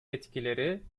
etkileri